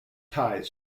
ties